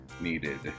needed